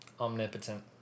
Omnipotent